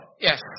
Yes